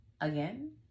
Again